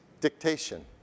dictation